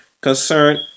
concerned